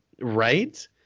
Right